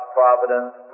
providence